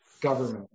government